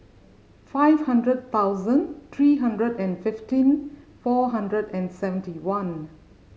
five hundred thousand three hundred and fifteen four hundred and seventy one